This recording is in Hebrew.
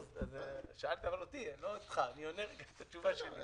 שאלת אותי, אני עונה את התשובה שלי.